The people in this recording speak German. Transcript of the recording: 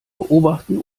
beobachten